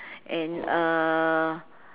and uh